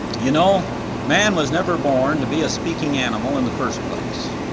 you know man was never born to be a speaking animal in the first place.